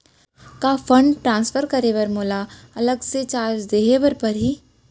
का fund transfer करे बर मोला अलग से चार्ज देहे बर परही?